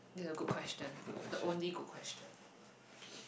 this is a good question the only good question